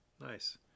Nice